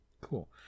cool